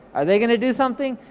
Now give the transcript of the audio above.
are they gonna do something?